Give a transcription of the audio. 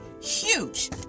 huge